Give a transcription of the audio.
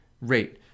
rate